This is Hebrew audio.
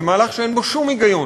זה מהלך שאין בו שום היגיון,